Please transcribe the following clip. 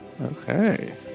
okay